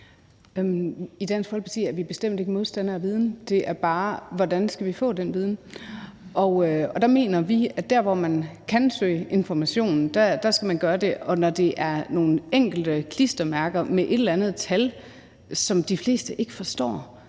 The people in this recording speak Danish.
I Dansk Folkeparti er vi bestemt ikke modstandere af viden; det handler bare om, hvordan vi skal få den viden. Og der mener vi, at der, hvor man kan søge information, skal man gøre det, og når det er nogle enkelte klistermærker med et eller andet tal, som de fleste ikke forstår,